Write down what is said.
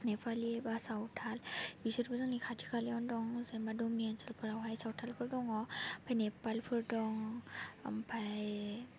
नेपालि बा सावथाल बिसोरबो जोंनि खाथि खालायाव दं जेनेबा दमनि ओनसोलफोरावहाय सावथालफोर दङ ओमफ्राय नेपालफोर दङ ओमफ्राय